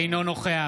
אינו נוכח